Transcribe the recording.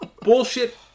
bullshit